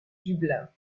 dublin